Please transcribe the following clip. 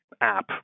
app